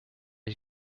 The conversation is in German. ich